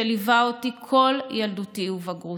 שליווה אותי כל ילדותי ובגרותי,